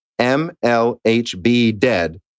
mlhbdead